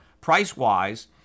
price-wise